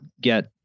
get